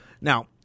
Now